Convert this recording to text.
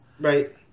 Right